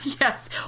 yes